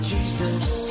Jesus